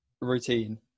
routine